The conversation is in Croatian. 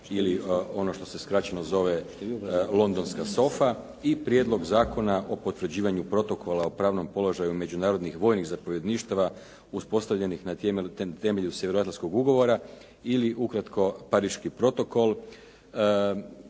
ili ono što se skraćeno zove "Londonska sofa" i Prijedlog zakona o potvrđivanju protokola o pravnom položaju međunarodnih vojnih zapovjedništava uspostavljenih na temelju Sjevernoatlantskog ugovora ili ukratko "Pariški protokol".